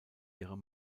ihre